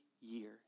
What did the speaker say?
year